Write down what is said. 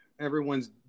everyone's